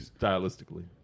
stylistically